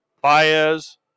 Baez